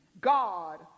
God